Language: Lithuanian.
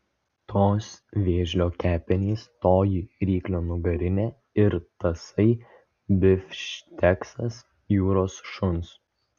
tos vėžlio kepenys toji ryklio nugarinė ir tasai bifšteksas jūros šuns